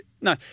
No